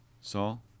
Saul